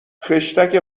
خشتک